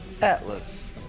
Atlas